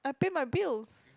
I pay my bills